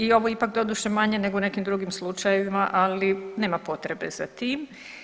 I ovo je ipak doduše manje nego u nekim drugim slučajevima, ali nema potrebe za tim.